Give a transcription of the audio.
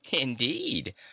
indeed